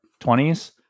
20s